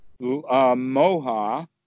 Moha